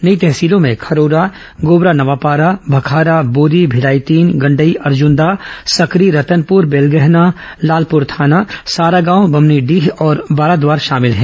नई तहसीलों में खरोरा गोबरा नवापारा भखारा बोरी भिलाई तीन गंडई अर्जु दा सकरी रतनपुर बेलगहना लालपुर थाना सारागांव बम्हनीडीह और बाराद्वार शामिल हैं